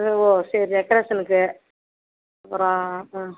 ஓ சரி டெக்கரேஷனுக்கு அப்புறோம் ஆ